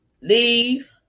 leave